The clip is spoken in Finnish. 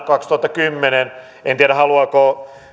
kaksituhattakymmenen en tiedä haluaako